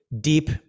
deep